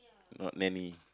not Nanny